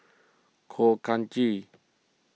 Khor Ghee